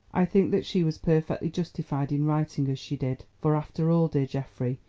i think that she was perfectly justified in writing as she did, for after all, dear geoffrey,